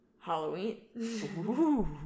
halloween